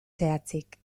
zehatzik